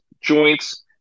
joints